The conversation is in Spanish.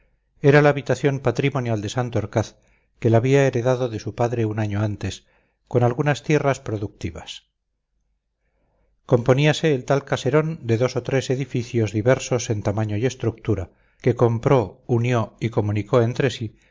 era la habitación patrimonial de santorcaz que la había heredado de su padre un año antes con algunas tierras productivas componíase el tal caserón de dos o tres edificios diversos en tamaño y estructura que compró unió y comunicó entre sí